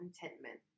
contentment